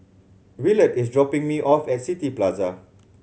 Willard is dropping me off at City Plaza